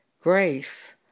grace